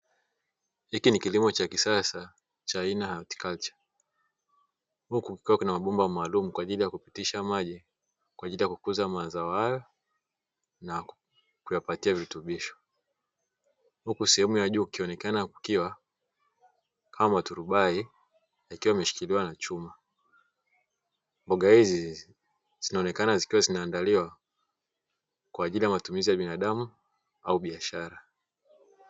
Hiki ni kilimo cha kisasa, cha aina ya Hoti kacha .Huku kukiwa kuna mabomba maalum kwa ajili ya kupitisha maji, kwa ajili ya kukuza mazao hayo, na kuyapatia virutubisho. Huku sehemu ya juu ikionekana kukiwa kama turubai ikiwa imeshikiliwa na chuma. Mboga hizi zinaonekana zikiwa zinaandaliwa kwa ajili ya matumizi ya binadamu au biashara."